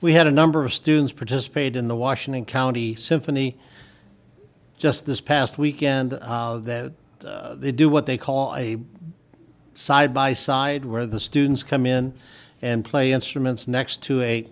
we had a number of students participate in the washington county symphony just this past weekend that they do what they call a side by side where the students come in and play instruments next to